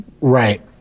Right